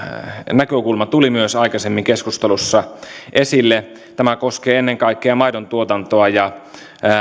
näkökulma tuli myös aikaisemmin keskustelussa esille tämä koskee ennen kaikkea maidontuotantoa ja